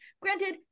granted